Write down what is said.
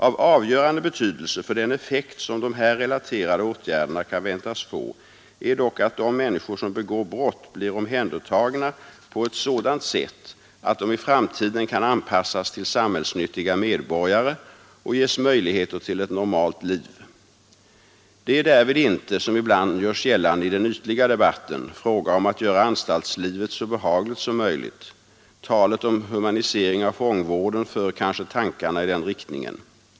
Av avgörande betydelse för den effekt som de här relaterade åtgärderna kan väntas få är dock att de människor som begår brott blir omhändertagna på ett sådant sätt att de i framtiden kan anpassas till samhällsnyttiga medborgare och ges möjligheter till ett normalt liv. Det är därvid inte — som ibland görs gällande i den ytliga debatten — fråga om att göra anstaltslivet så behagligt som möjligt. Talet om humanisering av fångvården för kanske tankarna i den riktningen.